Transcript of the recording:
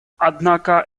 однако